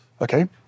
okay